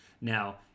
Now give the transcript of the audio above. Now